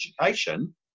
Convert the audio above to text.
education